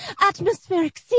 Atmospheric